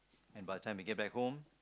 and by the time we get back home